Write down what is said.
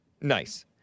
nice